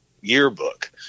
yearbook